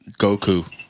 Goku